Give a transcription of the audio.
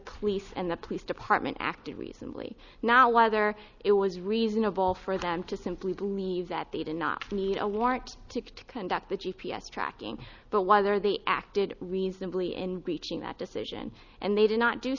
police and the police department acted reasonably now whether it was reasonable for them to simply believe that they did not need a warrant to conduct the g p s tracking but whether they acted reasonably in reaching that decision and they did not do